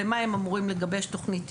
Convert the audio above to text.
במאי הם אמורים לגבש תוכנית טיולים,